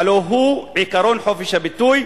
הלוא הוא עקרון חופש הביטוי,